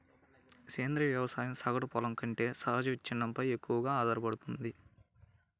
సేంద్రీయ వ్యవసాయం సగటు పొలం కంటే సహజ విచ్ఛిన్నంపై ఎక్కువగా ఆధారపడుతుంది